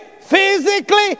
physically